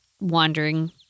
wandering